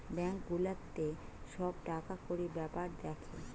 bank গুলাতে সব টাকা কুড়ির বেপার দ্যাখে